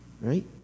right